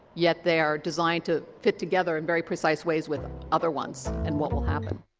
yet they are designed to fit together in very precise ways with other ones, and what will happen.